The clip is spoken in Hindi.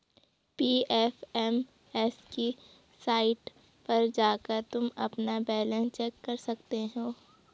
पी.एफ.एम.एस की साईट पर जाकर तुम अपना बैलन्स चेक कर सकते हो